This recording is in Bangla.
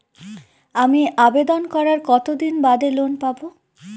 আমি আবেদন করার কতদিন বাদে লোন পাব?